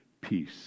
peace